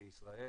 כי ישראל,